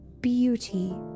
beauty